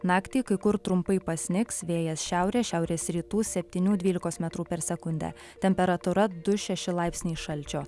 naktį kai kur trumpai pasnigs vėjas šiaurės šiaurės rytų septynių dvylikos metrų per sekundę temperatūra du šeši laipsniai šalčio